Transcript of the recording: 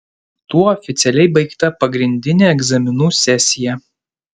tuo oficialiai baigta pagrindinė egzaminų sesija